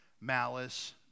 malice